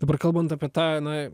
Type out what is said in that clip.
dabar kalbant apie tą